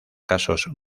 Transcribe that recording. casos